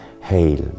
Hail